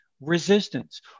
Resistance